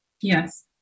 Yes